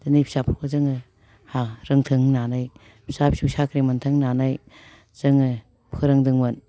दिनै फिसाफोरखौ जोङो रोंथों होननानै फिसा फिसौ साख्रि मोन्थों होननानै जोङो फोरोंदोंमोन